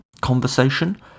conversation